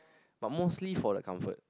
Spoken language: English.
but mostly for the comfort